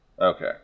Okay